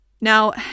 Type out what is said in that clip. Now